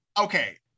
okay